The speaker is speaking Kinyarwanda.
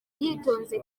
yitonze